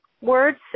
words